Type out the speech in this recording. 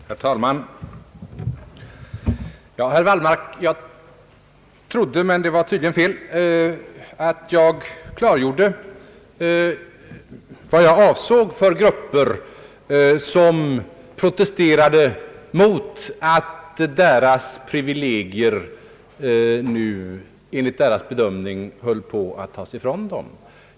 Herr talman! Jag trodde, herr Wallmark, — men det var tydligen fel — att jag klargjorde vilka grupper jag avsåg när jag sade att det fanns grupper som protesterade emot att deras privilegier enligt deras bedömning nu höll på att tas ifrån dem.